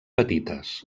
petites